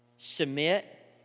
Submit